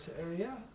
area